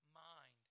mind